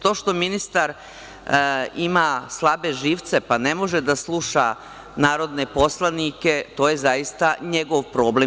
To što ministar ima slabe živce, pa ne može da sluša narodne poslanike, to je zaista njegov problem.